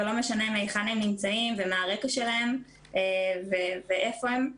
ולא משנה מהיכן הם נמצאים ומה הרקע שלהם ואיפה הם.